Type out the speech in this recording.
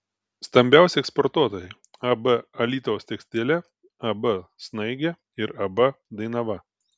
stambiausi eksportuotojai ab alytaus tekstilė ab snaigė ir ab dainava